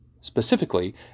specifically